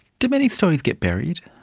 do many stories get buried?